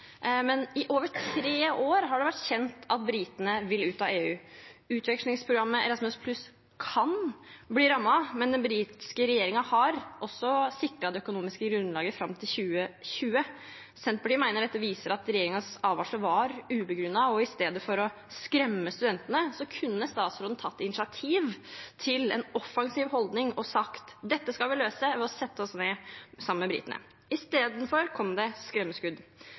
men i over tre år har det vært kjent at britene vil ut av EU. Utvekslingsprogrammet Erasmus+ kan bli rammet, men den britiske regjeringen har sikret det økonomiske grunnlaget fram til 2020. Senterpartiet mener dette viser at regjeringens advarsler var ubegrunnede. I stedet for å skremme studentene kunne statsråden tatt initiativ til en offensiv holdning og sagt at man skulle løse dette ved å sette seg ned sammen med britene. I stedet kom det skremmeskudd.